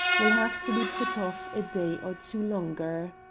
will have to be put off a day or two longer.